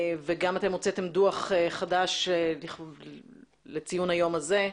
וגם אתם הוצאתם דו"ח חדש לציון היום הזה,